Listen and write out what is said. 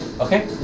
Okay